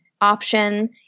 option